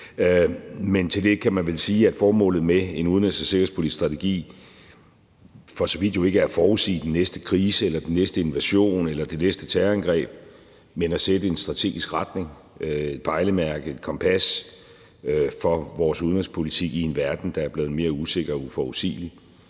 Men til det kan man vel sige, at formålet med en udenrigs- og sikkerhedspolitisk strategi for så vidt jo ikke er at forudsige den næste krise, den næste invasion eller det næste terrorangreb, men at sætte en strategisk retning, opstille et pejlemærke eller et kompas, for vores udenrigspolitik i en verden, der er blevet mere usikker og uforudsigelig.